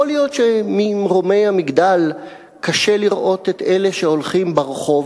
יכול להיות שממרומי המגדל קשה לראות את אלה שהולכים ברחוב,